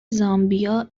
زامبیا